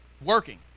Working